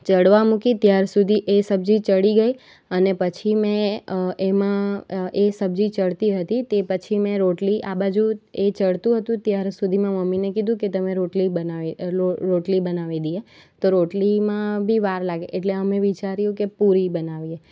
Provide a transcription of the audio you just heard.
ચડવા મૂકી ત્યારસુધી એ સબજી ચડી ગઈ અને પછી મેં એમાં એ સબજી ચડતી હતી તે પછી મેં રોટલી આ બાજુ એ ચડતું હતું ત્યાર સુધીમાં મેં મમ્મીને કીધું કે તમે રોટલી બનાવી લો રોટલી બનાવી દઈએ તો રોટલીમાં બી વાર લાગે એટલે અમે વિચાર્યું કે પુરી બનાવીએ